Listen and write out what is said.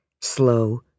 Slow